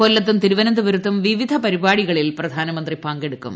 കൊല്ലത്തും തിരുവനന്തപുരത്തും വിവിധ പരിപാടികളിൽ പ്രധാനമന്ത്രി പ്ലെട്ടുക്കും